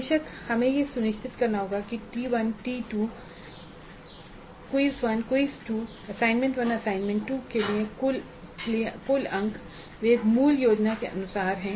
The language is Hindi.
बेशक हमें यह सुनिश्चित करना होगा कि T one T two quiz 1 quiz 2 assignment 1 और असाइनमेंट 2 के लिए कुल अंक वे मूल योजना के अनुसार हैं